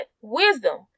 wisdom